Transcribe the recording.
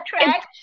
attraction